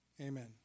Amen